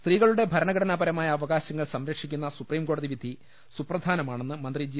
സ്ത്രീകളുടെ ഭരണഘടനാപരമായ അവകാശങ്ങൾ സംരക്ഷിക്കുന്ന സുപ്രീംകോടതി വിധി സുപ്രധാന മാണെന്ന് മന്ത്രി ജി